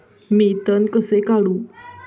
मी तण कसे काढू?